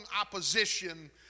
opposition